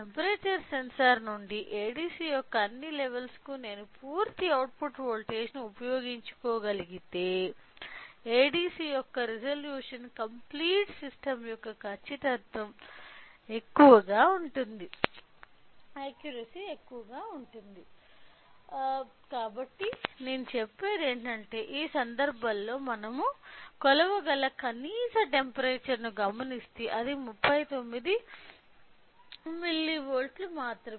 temperature sensor నుండి ADC యొక్క అన్ని లెవెల్స్ కు నేను పూర్తి అవుట్పుట్ వోల్టేజ్ను ఉపయోగించుకోగలిగితే ADC యొక్క రిజల్యూషన్ కంప్లీట్ సిస్టం యొక్క ఖచ్చితత్వం ఎక్కువగా ఉంటుంది కాబట్టి నేను చెప్పేది ఏమిటంటే ఈ సందర్భంలో మనం కొలవగల కనీస టెంపరేచర్ ను గమనిస్తే అది 39 మిల్లీవోల్ట్లు మాత్రమే